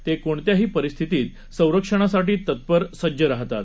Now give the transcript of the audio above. ते कोणत्याही परिस्थितीत संरक्षणासाठी तत्पर सज्ज राहतात